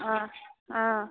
অঁ অঁ